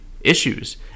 issues